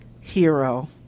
hero